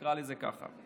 תקרא לזה ככה.